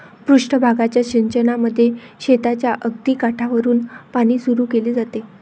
पृष्ठ भागाच्या सिंचनामध्ये शेताच्या अगदी काठावरुन पाणी सुरू केले जाते